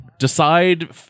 decide